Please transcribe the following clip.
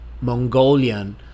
Mongolian